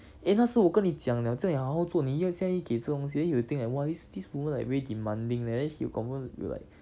eh 那时我跟你讲了叫你好好做你又这样给这东西 then he will think like !wah! this this woman like very demanding leh then he'll confirm he'll like